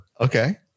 Okay